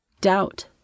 Doubt